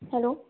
hello